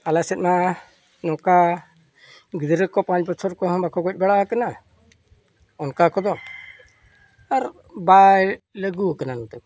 ᱟᱞᱮ ᱥᱮᱫ ᱢᱟ ᱱᱚᱝᱠᱟ ᱜᱤᱫᱽᱨᱟᱹ ᱠᱚ ᱯᱟᱸᱪ ᱵᱚᱪᱷᱚᱨ ᱠᱚᱦᱚᱸ ᱵᱟᱠᱚ ᱜᱚᱡ ᱵᱟᱲᱟ ᱟᱠᱟᱱᱟ ᱚᱱᱠᱟ ᱠᱚᱫᱚ ᱟᱨ ᱵᱟᱭ ᱞᱟᱹᱜᱩᱣ ᱠᱟᱱᱟ ᱱᱤᱛᱚᱝ